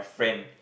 friend